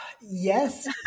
Yes